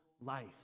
life